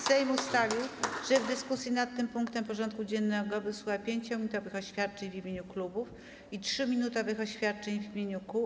Sejm ustalił, że w dyskusji nad tym punktem porządku dziennego wysłucha 5-minutowych oświadczeń w imieniu klubów i 3-minutowych oświadczeń w imieniu kół.